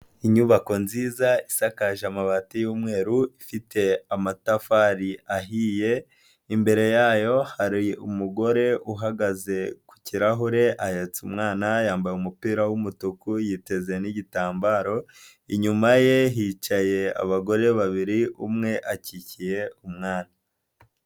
Inyubako nziza isakaje amabati y'umweru ifite amatafari ahiye, imbere yayo hari umugore uhagaze ku kirahure ahetse umwana yambaye umupira w'umutuku yiteze n'igitambaro, inyuma ye hicaye abagore babiri umwe akikiye umwana.